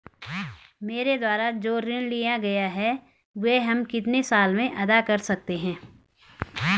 मेरे द्वारा जो ऋण लिया गया है वह हम कितने साल में अदा कर सकते हैं?